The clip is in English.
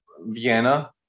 Vienna